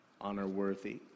honor-worthy